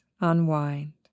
unwind